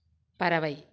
பறவை